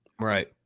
right